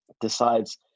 decides